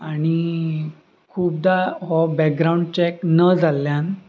आनी खुबदा हो बॅकग्रावंड चॅक न जाल्ल्यान